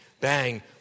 bang